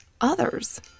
others